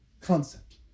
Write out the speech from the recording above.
concept